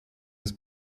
des